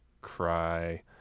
cry